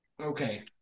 okay